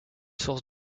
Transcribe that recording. source